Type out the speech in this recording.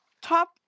top